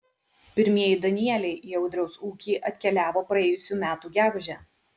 pirmieji danieliai į audriaus ūkį atkeliavo praėjusių metų gegužę